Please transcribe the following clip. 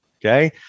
okay